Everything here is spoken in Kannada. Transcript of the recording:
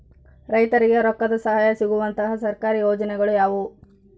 ರೈತರಿಗೆ ರೊಕ್ಕದ ಸಹಾಯ ಸಿಗುವಂತಹ ಸರ್ಕಾರಿ ಯೋಜನೆಗಳು ಯಾವುವು?